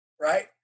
right